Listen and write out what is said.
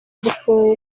gufungwa